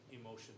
emotion